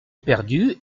perdu